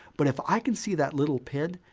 but if i can see that little pin,